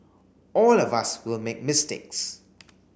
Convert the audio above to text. all of us will make mistakes